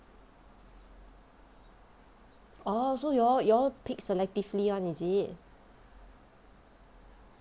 orh so you all you all pick selectively [one] is it